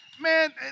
Man